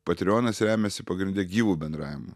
patreonas remiasi pagrinde gyvu bendravimu